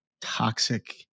toxic